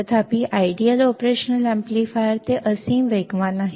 तथापि आदर्श operational amplifier ते असीम वेगवान आहे